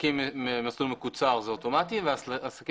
עסקים במסלול מקוצר זה אוטומטי ועסקים